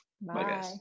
Bye